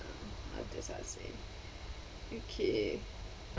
okay